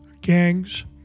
gangs